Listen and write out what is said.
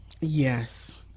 yes